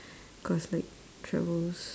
cause like troubles